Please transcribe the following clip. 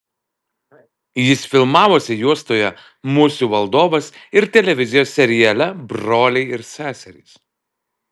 jis filmavosi juostoje musių valdovas ir televizijos seriale broliai ir seserys